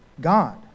God